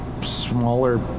smaller